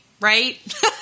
right